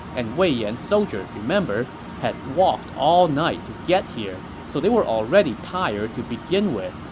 and wei yan's soldiers, remember, had walked all night to get here, so they were already tired to begin with,